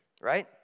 Right